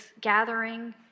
gathering